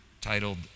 Titled